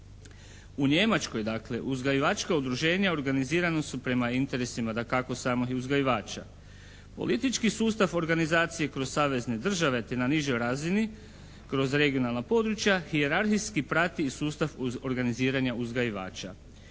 U Njemačkoj dakle, uzgajivačka udruženja organizirana su prema interesima, dakako, samih uzgajivača. Politički sustav organizacije kroz savezne države te na nižoj razini kroz regionalna područja hijerarhijski prati i sustav organiziranja uzgajivača.